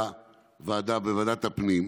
הוא היה בוועדת הפנים.